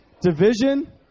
Division